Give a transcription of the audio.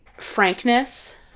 frankness